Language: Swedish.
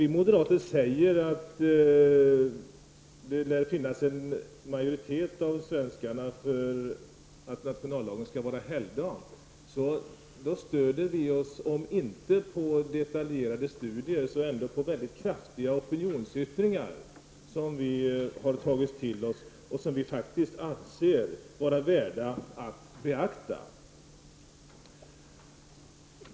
Vi moderater säger att det lär finnas en majoritet bland svenskarna som vill att nationaldagen skall vara helgdag. Även om vi, när vi gör ett sådant uttalande, inte stöder oss på detaljerade studier, så är det ändå fråga om väldigt kraftiga opunionsyttringar. Vi anser faktiskt att dessa är värda att beaktas.